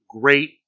great